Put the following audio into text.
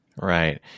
Right